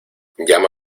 llama